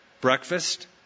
breakfast